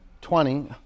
twenty